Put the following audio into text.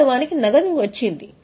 వాస్తవానికి నగదు వచ్చింది